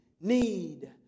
need